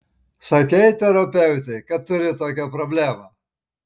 sakei terapeutei kad turi tokią problemą